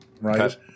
right